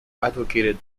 advocated